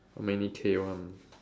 how many K one